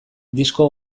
disko